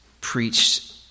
preached